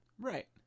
Right